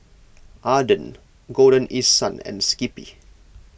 Aden Golden East Sun and Skippy